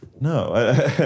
no